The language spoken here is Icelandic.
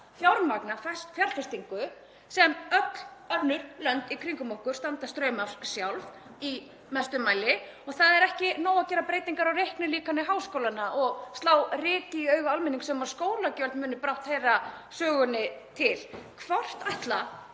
fjármagna fjárfestingu sem öll önnur lönd í kringum okkur standa straum af sjálf í mestum mæli. Það er ekki nóg að gera breytingar á reiknilíkani háskólanna og slá ryki í augu almennings með því að skólagjöld muni brátt heyra sögunni til. Og nú spyr